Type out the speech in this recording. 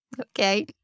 Okay